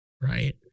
right